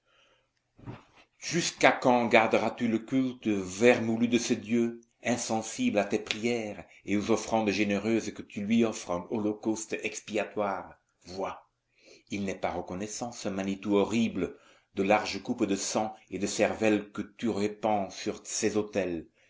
jusqu'à quand garderas tu le culte vermoulu de ce dieu insensible à tes prières et aux offrandes généreuses que tu lui offres en holocauste expiatoire vois il n'est pas reconnaissant ce manitou horrible des larges coupes de sang et de cervelle que tu répands sur ses autels